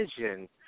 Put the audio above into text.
vision